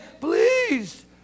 please